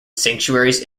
sanctuaries